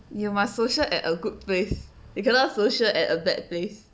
you must social at a good place you cannot social at a bad place